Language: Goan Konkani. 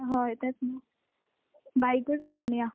हय तेंत न्हू बायकूच घेवन या